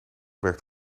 werkt